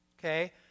Okay